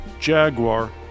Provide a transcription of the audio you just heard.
Jaguar